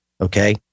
Okay